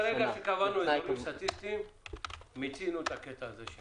ברגע שקבענו אזורים סטטיסטיים מיצינו את הקטע הזה.